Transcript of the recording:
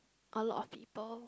a lot of people